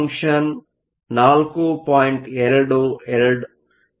2 electron volt ಆಗಿದೆ